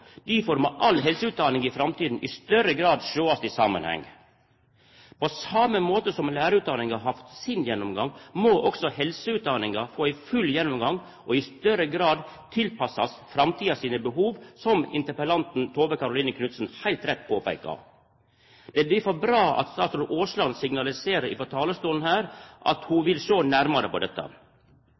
Difor må all helseutdaning i framtida i større grad sjåast i samanheng. På same måte som lærarutdaninga har fått sin gjennomgang, må også helseutdaninga få ein full gjennomgang og i større grad tilpassast framtida sine behov, som interpellanten, Tove Karoline Knutsen, heilt rett påpeikar. Det er difor bra at statsråd Aasland signaliserer frå talarstolen at ho vil sjå nærare på dette.